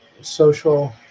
social